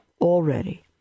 Already